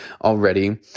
already